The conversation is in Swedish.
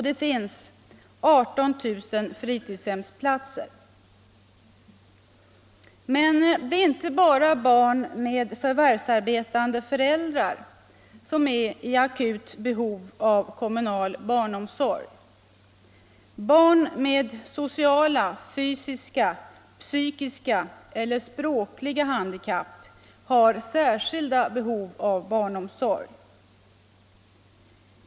Det finns 18 000 fritidshemsplatser. Men det är inte bara barn med förvärvsarbetande föräldrar som är i akut behov av kommunal barnomsorg. Barn med sociala, fysiska, psykiska eller språkliga handikapp har särskilda behov av barnomsorg.